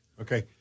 okay